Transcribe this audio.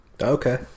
Okay